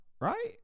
Right